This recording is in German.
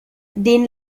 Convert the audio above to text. den